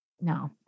No